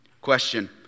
Question